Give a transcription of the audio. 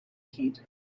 heat